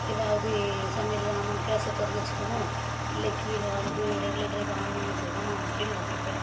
ஏதாவது சமையலில் நம்ம கேஸ்ஸை திறந்து வச்சுட்டோமோ இல்லை கீழே வந்து ரெகுலேட்டர் எதுவும் ஆன் பண்ணி வச்சிருக்கோமா அப்படின்னு கவனிப்பேன்